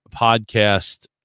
podcast